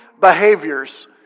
behaviors